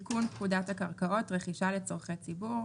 58.תיקון פקודת הקרקעות (רכישה לצורכי ציבור)